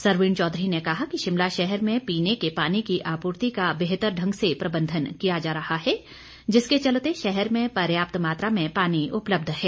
सरवीण चौधरी ने कहा कि शिमला शहर में पीने के पानी की आपूर्ति का बेहतर ढंग से प्रबंधन किया जा रहा है जिसके चलते शहर में पर्याप्त मात्रा में पानी उपलब्ध है